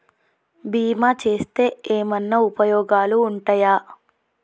బీమా చేస్తే ఏమన్నా ఉపయోగాలు ఉంటయా?